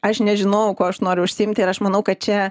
aš nežinojau kuo aš noriu užsiimti ir aš manau kad čia